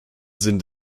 sinn